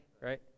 right